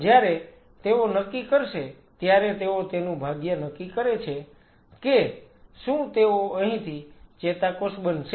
જ્યારે તેઓ નક્કી કરશે ત્યારે તેઓ તેનું ભાગ્ય નક્કી કરે છે કે શું તેઓ અહીંથી ચેતાકોષ બનશે